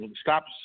stop